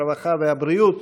הרווחה והבריאות.